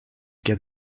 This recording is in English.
get